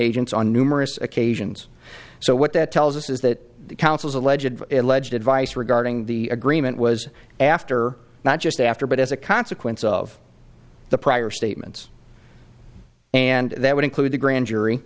on numerous occasions so what that tells us is that the council's alleged alleged advice regarding the agreement was after not just after but as a consequence of the prior statements and that would include the grand jury